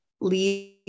leave